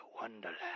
wonderland